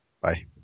Bye